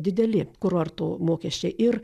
dideli kurortų mokesčiai ir